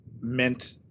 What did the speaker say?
meant